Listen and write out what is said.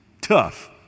Tough